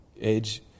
age